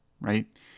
right